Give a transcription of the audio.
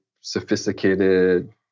sophisticated